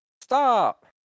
Stop